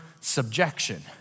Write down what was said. subjection